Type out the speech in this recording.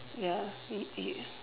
ya you you